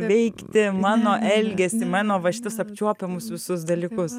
veikti mano elgesį mano va šitus apčiuopiamus visus dalykus